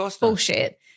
bullshit